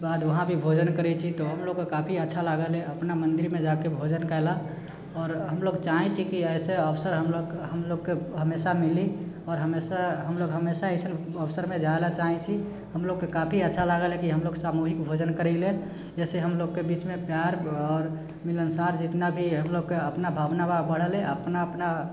बाद वहाँ भी भोजन करै छी तऽ हम लोगके काफी अच्छा लागल है अपना मन्दिरमे जाकऽ भोजन कयला आओर हम लोग चाहै छी कि एहिसे अवसर हम लोगके हम लोगके हमेशा मिली आओर हमेशा हम लोग हमेशा अइसन अवसर मे जाइले चाहै छी हम लोगके काफी अच्छा लागल है कि हम लोग सामूहिक भोजन करैले जाहिसँ हम लोगके बीचमे प्यार आओर मिलनसार जितना भी हम लोगके अपना भावना बा बढ़ल अछि हम लोगके अपना अपना